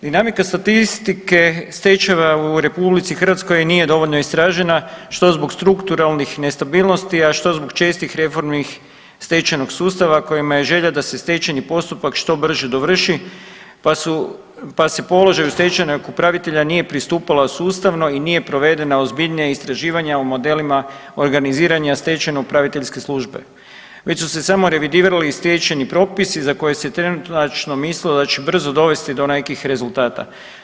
Dinamika statistike stečajeva u RH nije dovoljno istražena što zbog strukturalnih nestabilnosti, a što zbog čestih reformnih stečajnog sustava kojima je želja da se stečajni postupak što brže dovrši pa se položaj stečajnog upravitelja nije postupalo sustavno i nije provedena ozbiljnija istraživanja o modelima organiziranja stečajno upraviteljske službe, već su se samo revidirali stečajni propisi za koje se trenutačno mislilo da će brzo dovesti do nekih rezultata.